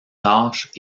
tâches